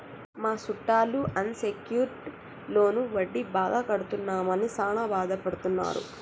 మా సుట్టాలు unsecured loan వడ్డీ బాగా కడుతున్నామని సాన బాదపడుతున్నారు